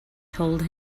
told